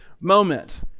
moment